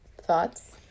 Thoughts